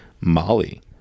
Molly